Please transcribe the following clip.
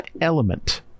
element